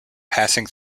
passing